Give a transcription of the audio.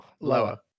Lower